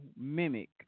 mimic